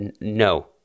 No